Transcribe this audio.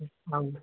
आम्